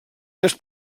més